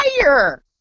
fire